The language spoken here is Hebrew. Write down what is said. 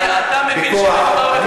חבר הכנסת סעדי, אתה מבין שמדובר בטרוריסטים?